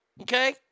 Okay